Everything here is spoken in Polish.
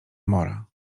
amora